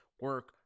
Work